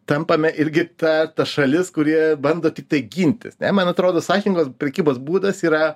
tampame irgi ta ta šalis kurie bando tiktai gintis ne man atrodo sąžiningos prekybos būdas yra